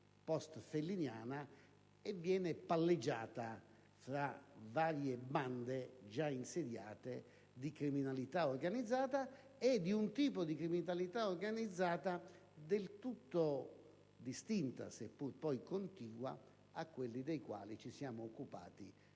postfelliniana e viene palleggiata tra varie bande già insediate di criminalità organizzata e di un genere di criminalità organizzata del tutto distinto, seppur contiguo, da quello di cui ci siamo occupati